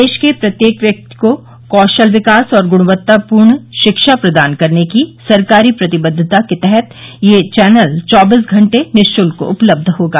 देश के प्रत्येक व्यक्ति को कौशल विकास और गुणवत्तापूर्ण शिक्षा प्रदान करने की सरकारी प्रतिबद्वता के तहत यह चौनल चौबीस घंटे निःशुल्क उपलब्ध होगा